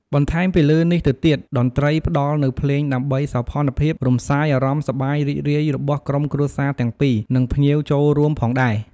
បន្ថែមពីលើនេះទៅទៀត តន្រ្ដីផ្ដល់នៅភ្លេងដើម្បីសោភ័ណភាព រំសាយអារម្មណ៍សប្បាយរីករាយរបស់ក្រុមគ្រួសារទាំងពីរនិងភ្ងៀវចូលរួមផងដែរ។